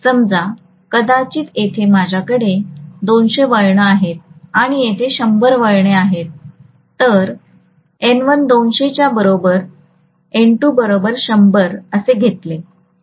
समजा कदाचित येथे माझ्याकडे 200 वळणे आहेत आणि येथे 100 वळणे आहेत तर N1 200 च्या बरोबर N2 बरोबर 100 असे घेतले